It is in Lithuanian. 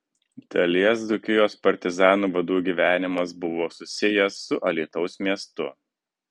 dalies dzūkijos partizanų vadų gyvenimas buvo susijęs su alytaus miestu